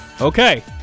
okay